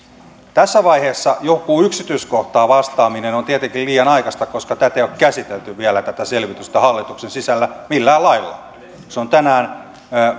tässä vaiheessa johonkin yksityiskohtaan vastaaminen on tietenkin liian aikaista koska tätä selvitystä ei ole käsitelty vielä hallituksen sisällä millään lailla se on tänään